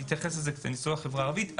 אני אתייחס לזה כשנגיע לחברה הערבית.